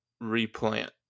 replant